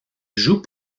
joue